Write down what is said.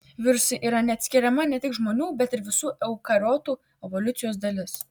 virusai yra neatskiriama ne tik žmonių bet ir visų eukariotų evoliucijos dalis